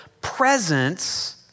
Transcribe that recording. presence